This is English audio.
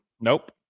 Nope